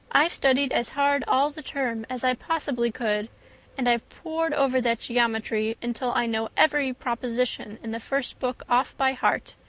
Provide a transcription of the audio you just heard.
i've studied as hard all the term as i possibly could and i've pored over that geometry until i know every proposition in the first book off by heart,